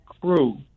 crew